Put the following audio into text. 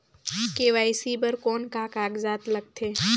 KYC बर कौन का कागजात लगथे?